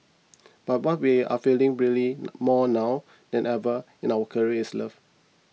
but what we are feeling really more now than ever in our career is love